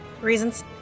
Reasons